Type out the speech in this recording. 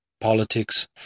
Politics